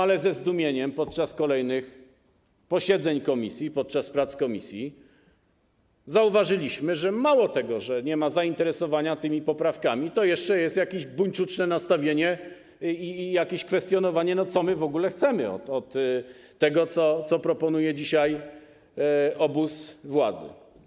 Ale ze zdumieniem podczas kolejnych posiedzeń komisji, podczas prac komisji zauważyliśmy, że mało tego, że nie ma zainteresowania tymi poprawkami, to jeszcze jest jakieś buńczuczne nastawienie i jakieś kwestionowanie tego, mówienie, co my w ogóle chcemy od tego, co proponuje dzisiaj obóz władzy.